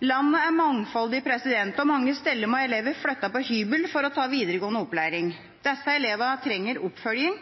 Landet er mangfoldig, og mange steder må elever flytte på hybel for å ta videregående opplæring. Disse elevene trenger oppfølging,